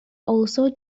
also